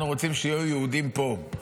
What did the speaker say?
אנחנו רוצים שיהיו יהודים פה.